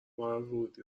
ورودی